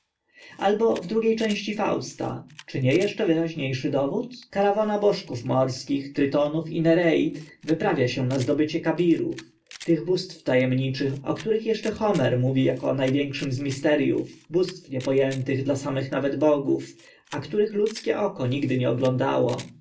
albo w drugie części fausta czy nie eszcze wyraźnie szy dowód karawana bożków morskich trytonów i nereid wyprawia się na zdobycie kabirów tych bóstw ta emniczych o których eszcze homer mówi ako o na większym z misteriów bóstw niepo ętych dla samych nawet bogów a których ludzkie oko nigdy nie oglądało